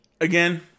Again